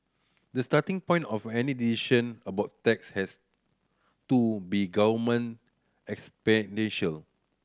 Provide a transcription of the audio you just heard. the starting point of any decision about tax has to be government expenditure